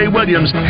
Williams